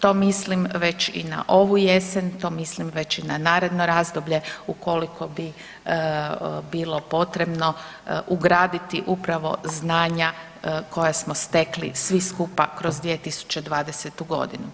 To mislim već i na ovu jesen, to mislim već i na naredno razdoblje ukoliko bi bilo potrebno ugraditi upravo znanja koja smo stekli svi skupa kroz 2020. godinu.